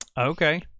Okay